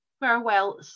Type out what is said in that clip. farewell